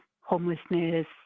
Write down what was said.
homelessness